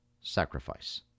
sacrifice